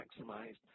maximized